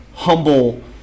Humble